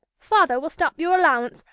father will stop your allowance,